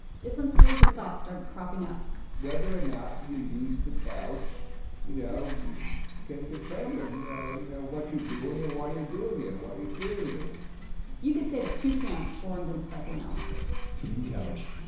different schools of thought started cropping up whether or not you use the couch you know can determine yeah you know what you're doing, and why you're doing it, and what your theory is you could say that two camps formed in psychoanalysis team couch,